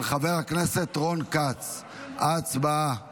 של חבר הכנסת דן אילוז אושרה בקריאה טרומית